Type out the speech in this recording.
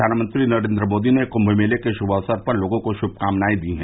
प्रधानमंत्री नरेन्द्र मोदी ने कुम्म मेले के श्मअवसर पर लोगो को शुभकामनाए दी हैं